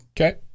Okay